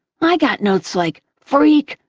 i got notes like freak!